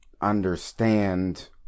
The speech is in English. understand